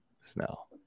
Snell